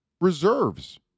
reserves